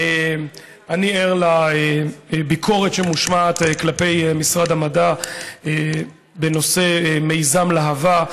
אני ער לביקורת שמושמעת כלפי משרד המדע בנושא מיזם להב"ה.